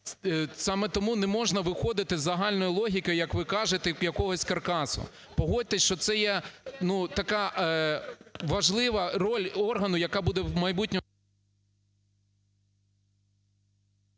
Саме тому не можна виходити з загальної логіки, як ви кажете, якогось каркасу. Погодьтесь, що це є така важлива роль органу, яка буде в майбутньому…